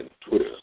Twitter